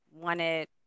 wanted